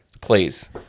please